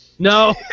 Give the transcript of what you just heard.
No